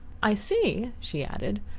i see, she added,